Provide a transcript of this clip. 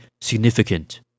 significant